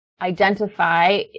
identify